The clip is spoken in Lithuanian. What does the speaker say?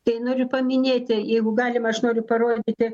tai noriu paminėti jeigu galima aš noriu parodyti